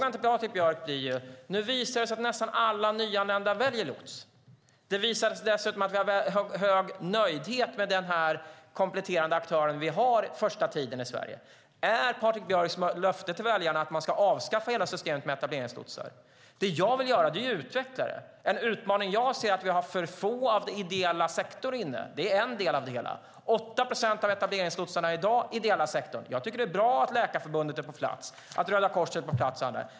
Nu visar det sig att nästan alla nyanlända väljer lots. Det visar sig dessutom att vi har hög nöjdhet med den kompletterande aktör vi har den första tiden i Sverige. Motfrågan till Patrik Björck blir: Är det hans löfte till väljarna att avskaffa hela systemet med etableringslotsar? Det jag vill göra är att utveckla systemet. En utmaning jag ser är att vi har för få från den ideella sektorn. Det är en del av det hela. I dag är 8 procent av etableringslotsarna från den ideella sektorn. Jag tycker att det är bra att Läkarförbundet, Röda Korset och andra är på plats.